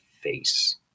face